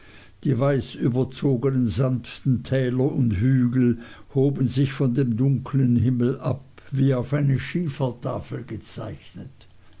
die weiß überzognen sanften täler und hügel hoben sich von dem dunkeln himmel ab wie auf eine schiefertafel gezeichnet